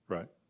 Right